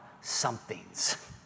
somethings